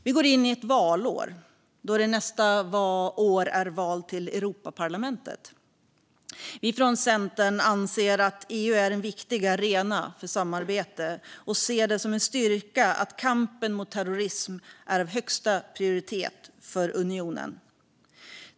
Vi går in i ett valår, då det nästa år är val till Europaparlamentet. Vi från Centern anser att EU är en viktig arena för samarbete och ser det som en styrka att kampen mot terrorism är av högsta prioritet för unionen.